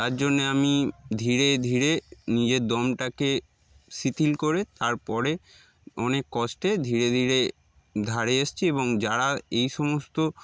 তার জন্যে আমি ধীরে ধীরে নিজের দমটাকে শিথিল করে তারপরে অনেক কষ্টে ধীরে ধীরে ধারে এসছি এবং যারা এই সমস্ত